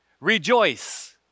rejoice